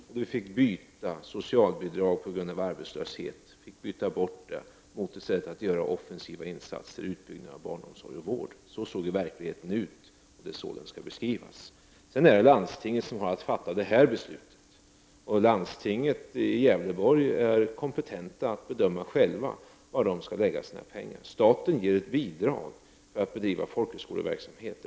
Vi fick byta bort socialbidragen på grund av arbetslöshet mot ett sätt att göra offensiva insatser, bygga ut barnomsorg och vård. Så såg verkligheten ut, och det är så den skall beskrivas. Det här aktuella beslutet skall landstinget fatta. Landstinget i Gävleborg har kompetens att självt bedöma var man skall lägga sina pengar. Staten ger ett bidrag till driften av folkhögskoleverksamhet.